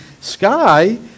sky